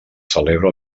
celebra